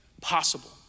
possible